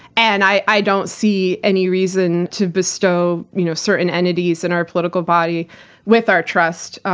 and i i don't see any reason to bestow you know certain entities in our political body with our trust,